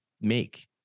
make